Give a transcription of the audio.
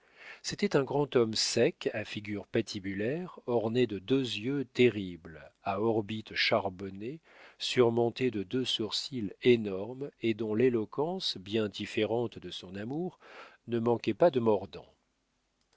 c'était un grand homme sec à figure patibulaire ornée de deux yeux terribles à orbites charbonnées surmontées de deux sourcils énormes et dont l'éloquence bien différente de son amour ne manquait pas de mordant